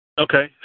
Okay